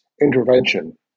intervention